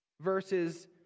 verses